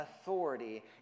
authority